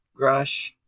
Grush